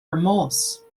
remorse